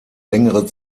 längere